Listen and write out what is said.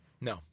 No